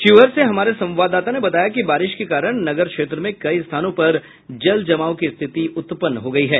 शिवहर से हमारे संवाददाता ने बताया कि बारिश के कारण नगर क्षेत्र में कई स्थानों पर जलजमाव की स्थिति उत्पन्न हो गयी है